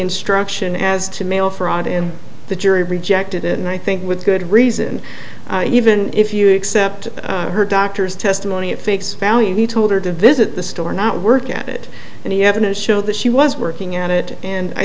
instruction as to mail fraud in the jury rejected and i think with good reason even if you accept her doctor's testimony at face value he told her to visit the store not work at it and he evidence showed that she was working at it and i